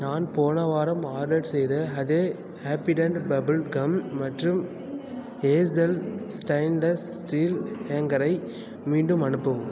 நான் போன வாரம் ஆர்டர் செய்த அதே ஹேப்பிடென்ட் பபிள் கம் மற்றும் ஹேஸல் ஸ்டெயின்லெஸ் ஸ்டீல் ஹேங்கரை மீண்டும் அனுப்பவும்